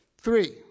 Three